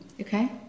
okay